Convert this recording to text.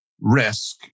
risk